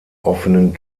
offenen